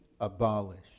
abolished